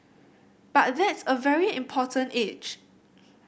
but that's a very important age